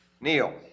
Neil